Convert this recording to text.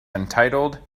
entitled